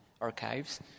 archives